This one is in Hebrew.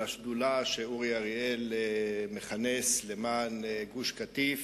לשדולה שאורי אריאל מכנס למען גוש-קטיף.